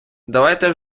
давайте